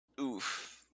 Oof